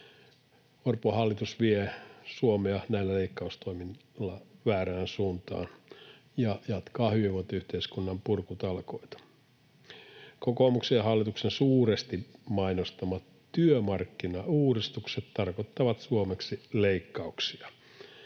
Orpon hallitus vie Suomea näillä leikkaustoimilla väärään suuntaan ja jatkaa hyvinvointiyhteiskunnan purkutalkoita. Kokoomuksen ja hallituksen suuresti mainostamat työmarkkinauudistukset tarkoittavat suomeksi leikkauksia.